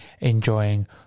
enjoying